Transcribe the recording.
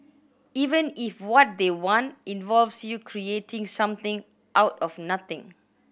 even if what they want involves you creating something out of nothing